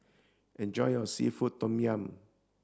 enjoy your seafood tom yum